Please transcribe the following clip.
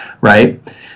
right